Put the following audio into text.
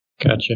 Gotcha